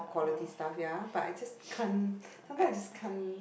quality stuff ya but I just can't sometimes I just can't